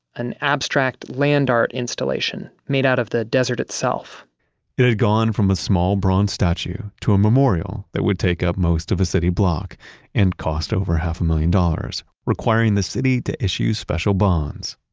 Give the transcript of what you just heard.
an abstract land art installation made out of the desert itself it had gone from a small bronze statue to a memorial that would take up most of a city block and cost over half a million dollars requiring the city to issue special bonds.